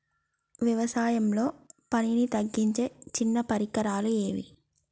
వ్యవసాయంలో పనిని తగ్గించే చిన్న పరికరాలు ఏవి?